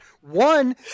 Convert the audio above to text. One